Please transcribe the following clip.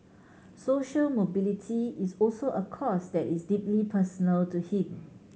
social mobility is also a cause that is deeply personal to him